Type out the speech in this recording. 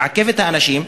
מעכב את האנשים.